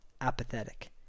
Apathetic